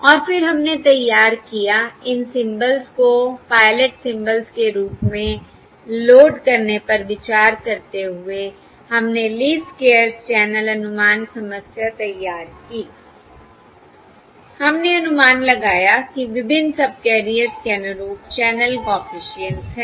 और फिर हमने तैयार किया इन सिंबल्स को पायलट सिंबल्स के रूप में लोड करने पर विचार करते हुए हमने लीस्ट स्क्वेयर्स चैनल अनुमान समस्या तैयार की हमने अनुमान लगाया कि विभिन्न सबकैरियर्स के अनुरूप चैनल कॉफिशिएंट्स हैं